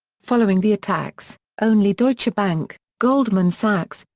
following the attacks, only deutsche bank, goldman sachs,